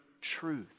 truth